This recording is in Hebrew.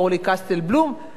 הפוטנציאלים,